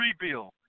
rebuild